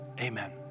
Amen